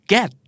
GET